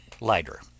lighter